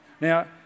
Now